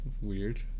weird